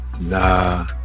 Nah